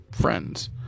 friends